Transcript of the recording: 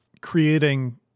creating